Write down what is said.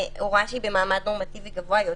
הוראה שהיא במעמד נורמטיבי גבוה יותר.